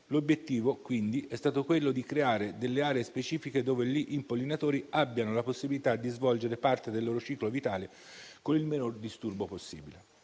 L'obiettivo, quindi, è stato quello di creare delle aree specifiche dove gli impollinatori abbiano la possibilità di svolgere parte del loro ciclo vitale con il minor disturbo possibile.